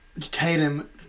Tatum